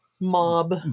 mob